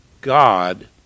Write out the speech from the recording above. God